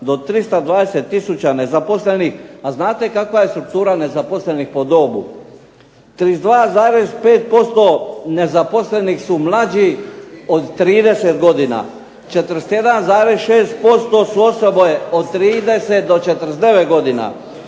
do 320 tisuća nezaposlenih. A znate kakva je struktura nezaposlenih po dobu? 32,5% nezaposlenih su mlađi od 30 godina, 41,6% su osobe od 30 do 49 godina,